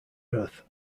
earth